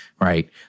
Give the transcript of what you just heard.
right